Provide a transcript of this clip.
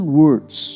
words